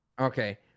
okay